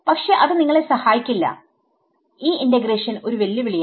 പക്ഷെ അത് നിങ്ങളെ സഹായിക്കില്ല ഈ ഇന്റഗ്രേഷൻ ഒരു വെല്ലുവിളിയല്ല